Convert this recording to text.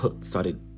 started